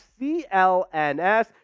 CLNS